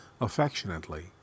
affectionately